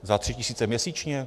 Za tři tisíce měsíčně?